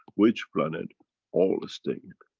which planet all the same.